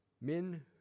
men